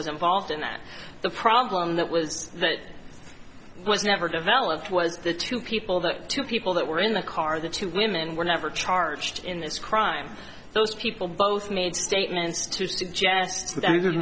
was involved in that the problem that was that was never developed was the two people the two people that were in the car the two women were never charged in this crime those people both made statements